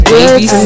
Baby